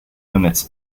units